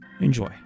Enjoy